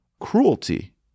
cruelty